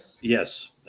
Yes